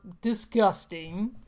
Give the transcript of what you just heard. disgusting